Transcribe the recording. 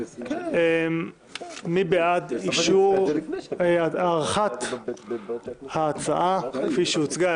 --- מי בעד אישור הארכת ההצעה, כפי שהוצגה?